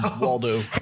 Waldo